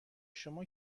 شما